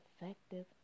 effective